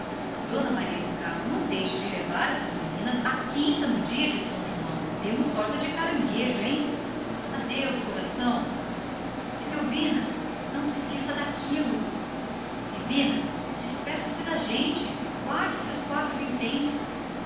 maria do carmo não deixe de levar essas meninas à quinta no dia de são joão temos torta de caranguejos olhe lá adeus coração etelvina não se esqueça daquilo bibina despeça-se da gente guarde seus quatro vinténs